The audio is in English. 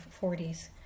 40s